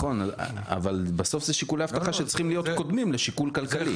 אבל בסוף אלה שיקולי אבטחה שצריכים להיות קודמים לשיקול כלכלי.